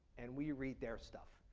and we read their stuff.